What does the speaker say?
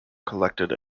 collected